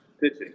pitching